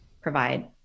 provide